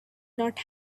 not